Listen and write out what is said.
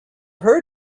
heard